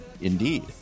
indeed